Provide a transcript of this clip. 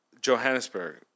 Johannesburg